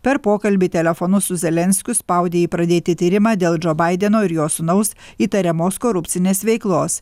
per pokalbį telefonu su zelenskiu spaudė jį pradėti tyrimą dėl džo baideno ir jo sūnaus įtariamos korupcinės veiklos